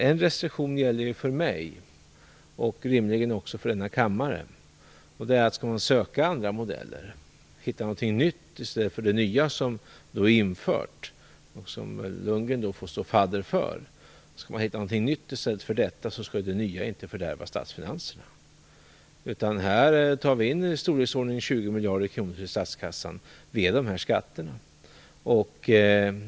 En restriktion gäller för mig, och rimligen också för denna kammare, och det är att skall man söka andra modeller och hitta något nytt i stället för det nya som är infört, och som Bo Lundgren får stå fadder för, skall det nya inte fördärva statsfinanserna. Med dessa skatter tar vi in ungefär 20 miljarder kronor till statskassan.